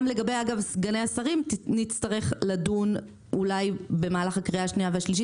גם לגבי סגני השרים נצטרך לדון אולי במהלך הקריאה השנייה והשלישית,